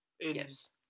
Yes